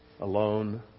alone